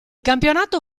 campionato